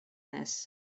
this